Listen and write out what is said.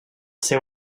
seu